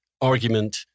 argument